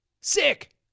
Sick